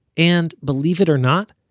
and, believe it or not,